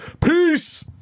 Peace